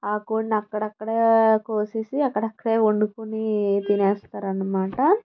ఆ కోడిని అక్కడక్కడే కోసి అక్కడక్కడే వండుకొని తినేస్తారు అన్నమాట